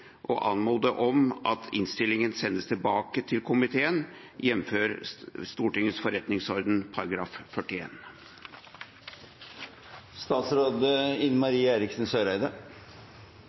å anmode om at innstillingen sendes tilbake til komiteen, jf. Stortingets forretningsorden